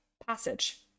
Passage